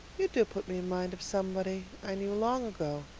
you do put me in mind of somebody i knew long ago,